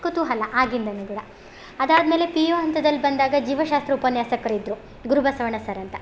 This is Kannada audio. ಕುತೂಹಲ ಆಗಿಂದನೆಕೂಡ ಅದಾದಮೇಲೆ ಪಿ ಯು ಹಂತದಲ್ಲಿ ಬಂದಾಗ ಜೀವಶಾಸ್ತ್ರ ಉಪನ್ಯಾಸಕರು ಇದ್ದರು ಗುರುಬಸವಣ್ಣ ಸರ್ ಅಂತ